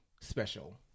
special